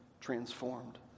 transformed